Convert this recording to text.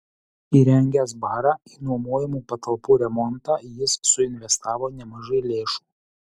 įrengęs barą į nuomojamų patalpų remontą jis suinvestavo nemažai lėšų